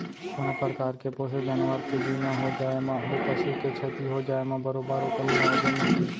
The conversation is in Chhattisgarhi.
कोनों परकार के पोसे जानवर के बीमा हो जाए म ओ पसु के छति हो जाए म बरोबर ओकर मुवावजा मिलथे